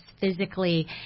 physically